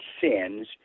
sins